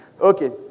Okay